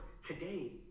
Today